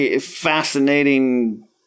fascinating